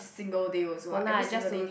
single day also like every single day